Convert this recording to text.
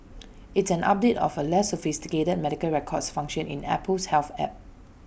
it's an update of A less sophisticated medical records function in Apple's health app